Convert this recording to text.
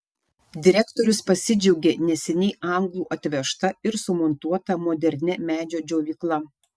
direktorius pasidžiaugė neseniai anglų atvežta ir sumontuota modernia medžio džiovykla